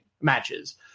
matches